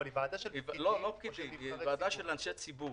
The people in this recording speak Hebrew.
אבל היא ועדה של פקידים או של נבחרי ציבור?